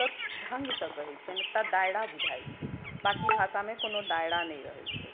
तऽ ढंग सँ कहै छियनि एकटा दायरा बुझाए छै बाकी भाषामे कोनो दायरा नहि रहै छै